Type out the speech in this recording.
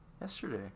Yesterday